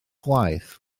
gwaith